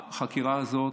החקירה הזאת,